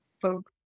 folks